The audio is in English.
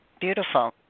Beautiful